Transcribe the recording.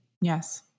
Yes